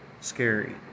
scary